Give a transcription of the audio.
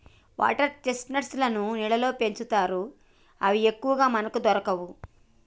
water chestnuts లను నీళ్లల్లో పెంచుతారు అవి ఎక్కువగా మనకు దొరకవు